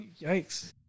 Yikes